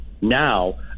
now